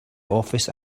office